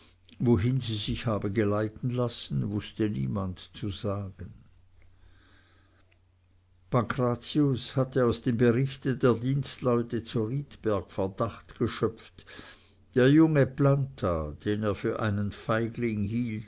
wohin sie sich habe geleiten lassen wußte niemand zu sagen pancratius hatte aus dem berichte der dienstleute zu riedberg verdacht geschöpft der junge planta den er für einen feigling